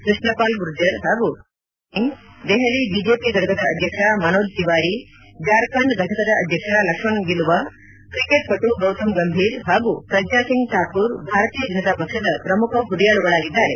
ಕೃಷ್ಣಪಾಲ್ ಗುರ್ಜರ್ ಹಾಗೂ ರಾವ್ ಇಂದ್ರಜಿತ್ ಸಿಂಗ್ ದೆಹಲಿ ಬಿಜೆಪಿ ಘಟಕದ ಅಧ್ಯಕ್ಷ ಮನೋಜ್ ತಿವಾರಿ ಜಾರ್ಖಂಡ್ ಫಟಕದ ಅಧ್ಯಕ್ಷ ಲಕ್ಷ್ಮಣ್ ಗಿಲುವಾ ತ್ರಿಕೆಟ್ ಪಟು ಗೌತಮ್ ಗಂಭೀರ್ ಹಾಗೂ ಪ್ರಜ್ಹಾಸಿಂಗ್ ಠಾಕೂರ್ ಭಾರತೀಯ ಜನತಾ ಪಕ್ಷದ ಪ್ರಮುಖ ಹುರಿಯಾಳುಗಳಾಗಿದ್ದಾರೆ